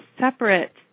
separate